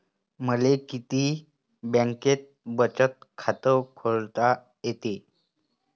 मले किती बँकेत बचत खात खोलता येते?